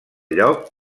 lloc